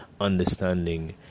understanding